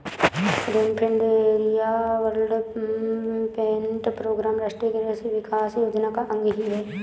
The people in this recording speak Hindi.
रेनफेड एरिया डेवलपमेंट प्रोग्राम राष्ट्रीय कृषि विकास योजना का अंग ही है